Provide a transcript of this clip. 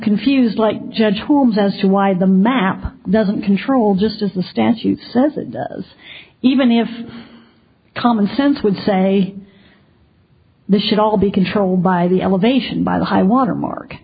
confused like judge holmes as to why the map doesn't control just as the statute says it does even if common sense would say the should all be controlled by the elevation by the high water mark